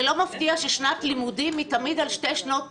זה לא מפתיע ששנת לימודים היא תמיד על שתי שנות תקציב,